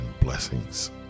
blessings